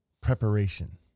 preparation